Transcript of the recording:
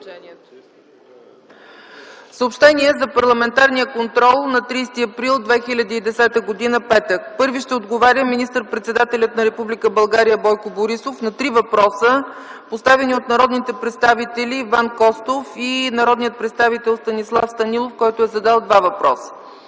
Съобщения за парламентарния контрол на 30 април 2010 г., петък: Първи ще отговаря министър-председателят на Република България Бойко Борисов на три въпроса, поставени от народните представители Иван Костов и Станислав Станилов, който е задал два въпроса.